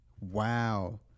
Wow